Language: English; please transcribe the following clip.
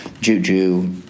Juju